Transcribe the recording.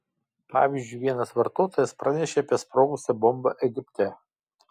pavyzdžiui vienas vartotojas pranešė apie sprogusią bombą egipte